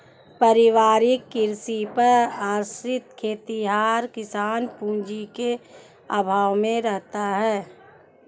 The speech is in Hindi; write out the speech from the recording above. पारिवारिक कृषि पर आश्रित खेतिहर किसान पूँजी के अभाव में रहता है